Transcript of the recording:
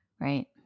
Right